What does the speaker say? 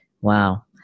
Wow